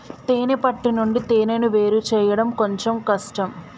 తేనే పట్టు నుండి తేనెను వేరుచేయడం కొంచెం కష్టం